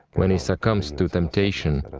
when he succumbs to temptation.